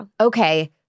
Okay